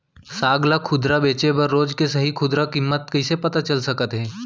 साग ला खुदरा बेचे बर रोज के सही खुदरा किम्मत कइसे पता चल सकत हे?